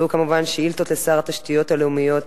והוא כמובן שאילתות לשר התשתיות הלאומיות,